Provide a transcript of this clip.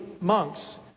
monks